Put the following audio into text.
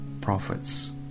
prophets